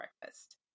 breakfast